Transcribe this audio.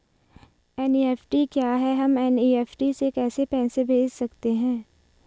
NEFT क्या है हम एन.ई.एफ.टी से कैसे पैसे भेज सकते हैं?